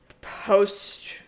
post